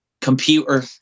computer